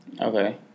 Okay